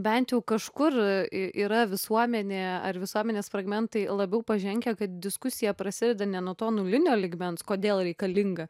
bent jau kažkur i yra visuomenė ar visuomenės fragmentai labiau pažengę kad diskusija prasideda ne nuo to nulinio lygmens kodėl reikalinga